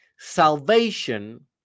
Salvation